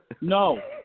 No